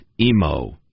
Emo